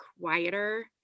quieter